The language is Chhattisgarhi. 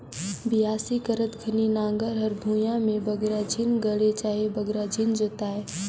बियासी करत घनी नांगर हर भुईया मे बगरा झिन गड़े चहे बगरा झिन जोताए